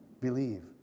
believe